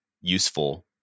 useful